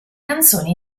canzoni